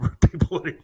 people